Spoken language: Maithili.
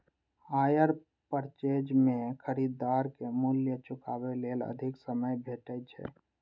हायर पर्चेज मे खरीदार कें मूल्य चुकाबै लेल अधिक समय भेटै छै